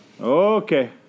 Okay